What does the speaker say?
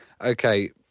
Okay